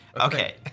Okay